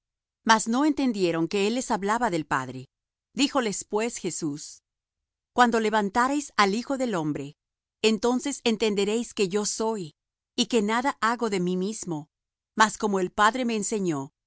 mas no entendieron que él les hablaba del padre díjoles pues jesús cuando levantareis al hijo del hombre entonces entenderéis que yo soy y que nada hago de mí mismo mas como el padre me enseñó